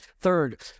Third